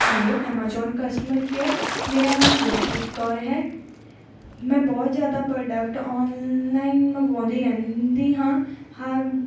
hello Amazon customer care ਮੇਰਾ ਨਾਮ ਗੁਰਪ੍ਰੀਤ ਕੌਰ ਹੈ ਮੈਂ ਬਹੁਤ ਜ਼ਿਆਦਾ ਪ੍ਰੋਡਕਟ ਔਨਲਾਈਨ ਮੰਗਵਾਉਂਦੀ ਰਹਿੰਦੀ ਹਾਂ ਹਾਂ